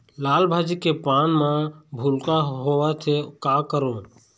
लाल भाजी के पान म भूलका होवथे, का करों?